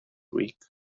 week